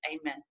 Amen